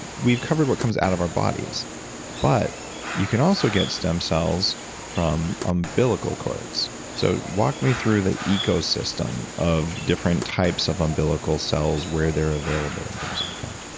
and we've covered what comes out of our bodies but you can also get stem cells from umbilical cords. so walk me through the ecosystem of different types of umbilical cells where they're available and things like that